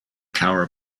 cowra